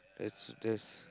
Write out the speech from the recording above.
that's that's